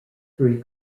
three